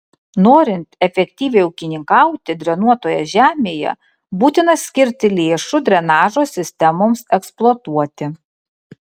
norint efektyviai ūkininkauti drenuotoje žemėje būtina skirti lėšų drenažo sistemoms eksploatuoti